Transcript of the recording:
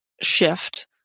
shift